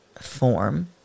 form